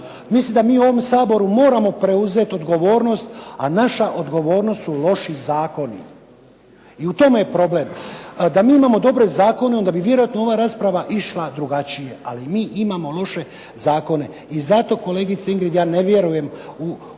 Mislim da mi u ovom Saboru moramo preuzeti odgovornost, a naša odgovornost su loši zakoni. I u tome je problem. Da mi imamo dobre zakone, onda bi vjerojatno ova rasprava išla drugačije, ali mi imamo loše zakone. I zato kolegice Ingrid ja ne vjerujem u